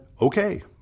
okay